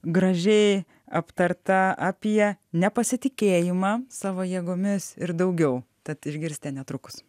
gražiai aptarta apie nepasitikėjimą savo jėgomis ir daugiau tad išgirsite netrukus